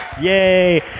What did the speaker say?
Yay